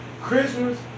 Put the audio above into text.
Christmas